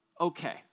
okay